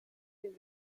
den